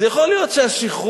אז יכול להיות שהשכרות